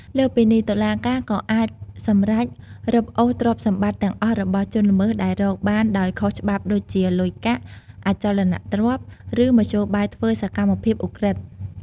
លើសពីនេះ តុលាការក៏អាចសម្រេច រឹបអូសទ្រព្យសម្បត្តិទាំងអស់របស់ជនល្មើសដែលរកបានដោយខុសច្បាប់ដូចជា លុយកាក់ អចលនទ្រព្យ ឬមធ្យោបាយធ្វើសកម្មភាពឧក្រិដ្ឋ។